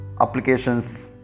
applications